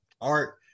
art